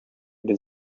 does